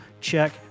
check